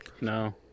No